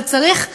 אבל צריך להיזהר,